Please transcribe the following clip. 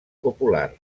popular